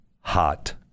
hot